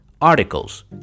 articles